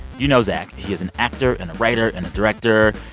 you know zach. he is an actor and a writer and a director.